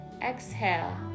exhale